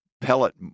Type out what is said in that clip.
pellet